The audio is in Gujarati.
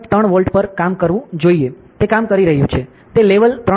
3 વોલ્ટ પર કામ કરવું જોઈએ તે કામ કરી રહ્યું છે તે લેવલ 3